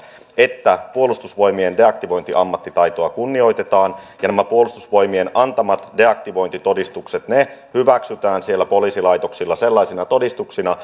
että puolustusvoimien deaktivointiammattitaitoa kunnioitetaan ja puolustusvoimien antamat deaktivointitodistukset hyväksytään siellä poliisilaitoksilla sellaisina todistuksina